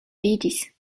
vidis